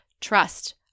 Trust